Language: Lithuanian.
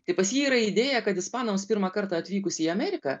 taip pas jį yra idėja kad ispanams pirmą kartą atvykus į ameriką